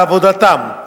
על עבודתו,